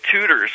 tutors